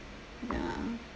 ya